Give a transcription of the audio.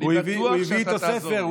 הוא הביא איתו ספר.